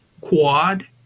Quad